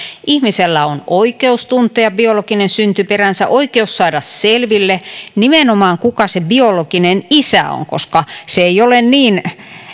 ihmisellä on oikeus tuntea biologinen syntyperänsä oikeus saada selville nimenomaan kuka se biologinen isä on koska se ei ole niin